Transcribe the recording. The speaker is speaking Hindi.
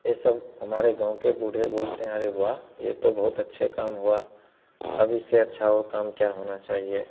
यह सब हमारे गाँव के बूढ़े बोलते हैं अरे वाह यह तो बहुत अच्छे काम हुआ अब इससे अच्छा और काम क्या होना चाहिए